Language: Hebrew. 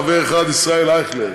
חבר אחד: ישראל אייכלר,